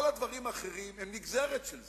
כל הדברים האחרים הם נגזרת של זה.